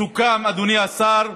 סוכם, אדוני השר,